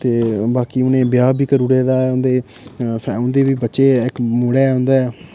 ते बाकी उ'नें ब्याह् बी करी उड़े दा उं'दे उं'दे बी बच्चे इक मुड़ा ऐ उं'दा ऐ